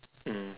mm